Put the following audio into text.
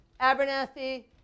Abernathy